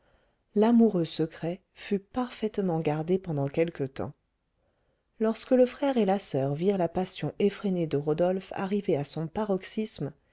l'amoureux secret fut parfaitement gardé pendant quelque temps lorsque le frère et la soeur virent la passion effrénée de rodolphe arrivée à son paroxysme